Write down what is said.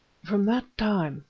from that time,